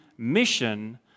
mission